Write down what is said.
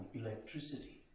electricity